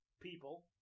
people